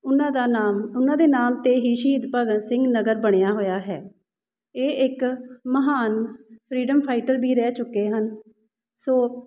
ਉਹਨਾਂ ਦਾ ਨਾਮ ਉਹਨਾਂ ਦੇ ਨਾਮ 'ਤੇ ਹੀ ਸ਼ਹੀਦ ਭਗਤ ਸਿੰਘ ਨਗਰ ਬਣਿਆ ਹੋਇਆ ਹੈ ਇਹ ਇੱਕ ਮਹਾਨ ਫਰੀਡਮ ਫਾਈਟਰ ਵੀ ਰਹਿ ਚੁੱਕੇ ਹਨ ਸੋ